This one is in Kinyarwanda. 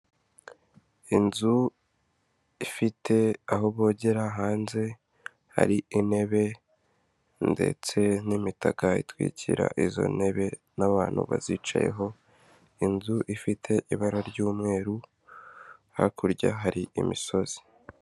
Inzu ifite aho bogera hanze hari intebe ndetse n'imitaka itwikira izo ntebe n'abantu bazicayeho, inzu ifite ibara ry'umweru hakurya hari imisozi.